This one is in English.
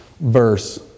verse